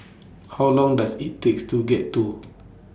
How Long Does IT takes to get to